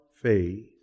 faith